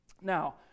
Now